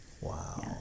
Wow